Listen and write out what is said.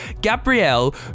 gabrielle